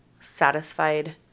satisfied